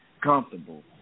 comfortable